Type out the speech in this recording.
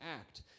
act